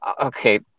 okay